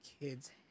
kids